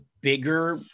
bigger